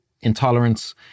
intolerance